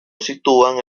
sitúan